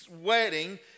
wedding